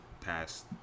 past